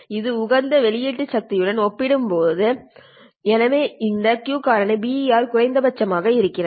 இது உகந்த வெளியீட்டு சக்தி உடன் ஒத்துப்போகிறது எனவே இந்த Q காரணி BER குறைந்தபட்சமாக இருக்கிறது